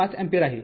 ५ ampere आहे